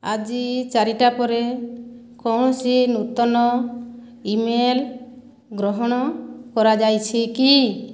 ଆଜି ଚାରିଟା ପରେ କୌଣସି ନୂତନ ଇମେଲ ଗ୍ରହଣ କରାଯାଇଛି କି